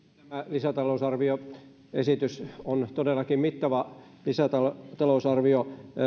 lisätalousarvioesitys on todellakin mittava lisätalousarvio